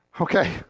Okay